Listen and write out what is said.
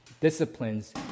disciplines